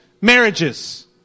marriages